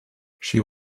she